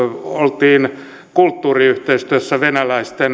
oltiin kulttuuriyhteistyössä venäläisten